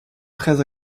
très